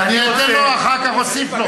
ואני אתן לו, אחר כך אוסיף לו.